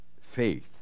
faith